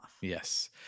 Yes